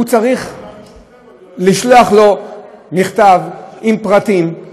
הוא צריך לשלוח לו מכתב עם פרטים,